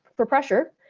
for pressure,